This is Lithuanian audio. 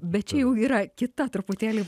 bet čia jau yra kita truputėlį